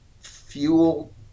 fuel